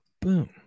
Boom